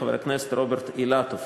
חבר הכנסת רוברט אילטוב.